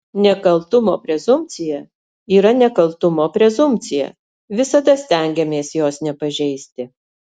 nekaltumo prezumpcija yra nekaltumo prezumpcija visada stengiamės jos nepažeisti